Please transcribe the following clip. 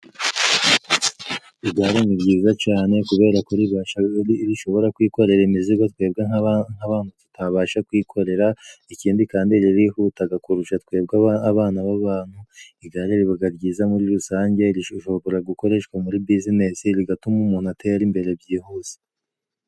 Igare ni ryiza cane kubera ko ribasha rishobora kwikorera imizigo twebwe abantu tutabasha kwikorera, ikindi kandi ririhutaga kurusha twebwe abana b'abantu, igare ribaga ryiza muri rusange, rishobora gukoreshwa muri bizinesi, rigatuma umuntu atera imbere byihuse.